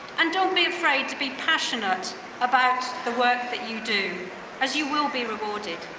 and don't be afraid to be passionate about the work that you do as you will be rewarded.